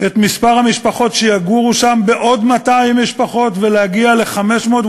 את מספר המשפחות שיגורו שם בעוד 200 משפחות ולהגיע ל-500,